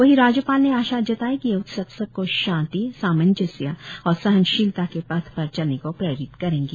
वहीं राज्यपाल ने आशा जताई कि यह उत्सव सबको शांति सामंजस्य और सहनशीलता के पथ पर चलने को प्रेरित करेंगे